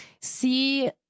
see